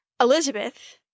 Elizabeth